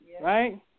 right